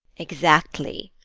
exactly!